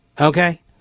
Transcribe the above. Okay